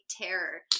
terror